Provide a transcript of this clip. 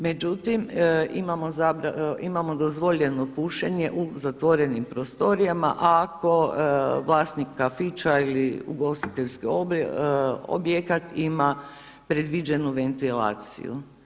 Međutim, imamo dozvoljeno pušenje u zatvorenim prostorijama a ako vlasnik kafića ili ugostiteljski objekt ima predviđenu ventilaciju.